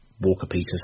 Walker-Peters